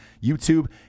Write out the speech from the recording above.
YouTube